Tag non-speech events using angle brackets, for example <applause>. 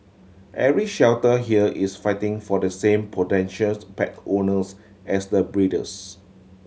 every shelter here is fighting for the same potential <unintelligible> pet owners as the breeders